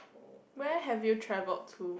where have you travelled to